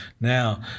now